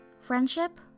friendship